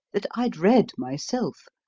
that i'd read myself,